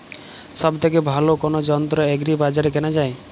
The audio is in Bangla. সব থেকে ভালো কোনো যন্ত্র এগ্রি বাজারে কেনা যায়?